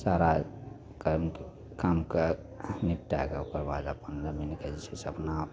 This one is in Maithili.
सारा कामके निपटैके ओकरबाद अपन जमीनपर ओ जे छै से अपना